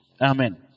Amen